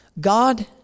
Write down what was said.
God